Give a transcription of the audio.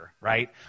right